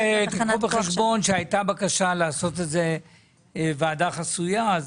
רק קחו בחשבון שהייתה בקשה לעשות את זה בוועדה חסויה.